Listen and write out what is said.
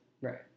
Right